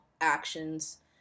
actions